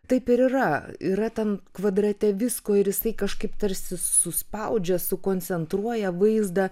taip ir yra yra tam kvadrate visko ir jisai kažkaip tarsi suspaudžia sukoncentruoja vaizdą